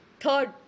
third